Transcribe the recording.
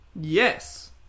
Yes